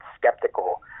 skeptical